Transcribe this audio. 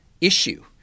issue